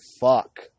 fuck